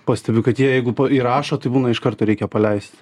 pastebiu kad jeigu po įrašo tai būna iš karto reikia paleist